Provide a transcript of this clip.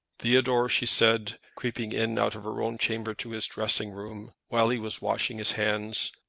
theodore, she said, creeping in out of her own chamber to his dressing-room, while he was washing his hands,